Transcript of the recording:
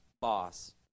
boss